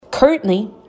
Currently